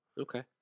Okay